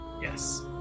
Yes